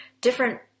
different